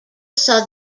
saw